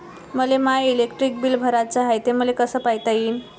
मले my electric bill भराचं हाय, ते मले कस पायता येईन?